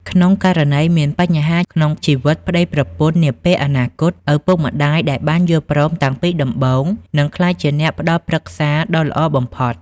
ក្នុងករណីមានបញ្ហាក្នុងជីវិតប្ដីប្រពន្ធនាពេលអនាគត ឪពុកម្ដាយដែលបានយល់ព្រមតាំងពីដំបូង នឹងក្លាយជាអ្នកផ្ដល់ប្រឹក្សាដ៏ល្អបំផុត។